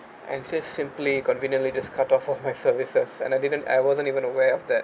and just simply conveniently just cut off all my services and I didn't I wasn't even aware of that